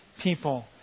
people